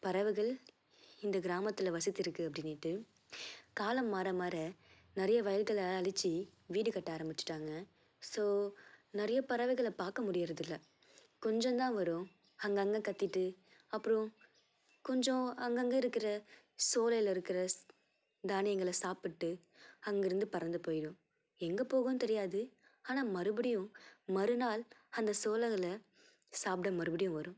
பறவைகள் இந்த கிராமத்தில் வசித்திருக்குது அப்படினிட்டு காலம் மாற மாற நிறைய வயல்களை அழிச்சி வீடு கட்ட ஆரம்பிச்சிட்டாங்கள் ஸோ நிறைய பறவைகளை பார்க்க முடிகிறது இல்லை கொஞ்சம் தான் வரும் அங்கே அங்கே கத்திகிட்டு அப்புறோம் கொஞ்சம் அங்கங்கே இருக்கிற சோலையில இருக்கிற தானியங்களை சாப்பிட்டு அங்கே இருந்து பறந்து போய்விடும் எங்கே போகும்னு தெரியாது ஆனால் மறுபடியும் மறுநாள் அந்த சோலையில சாப்பிட மறுபடியும் வரும்